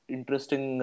Interesting